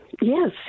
Yes